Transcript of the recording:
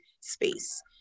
space